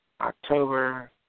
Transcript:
October